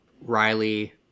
Riley